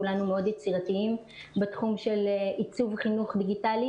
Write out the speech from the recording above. כולנו יצירתיים מאוד בתחום של עיצוב חינוך דיגיטלי